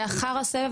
לאחר הסבב,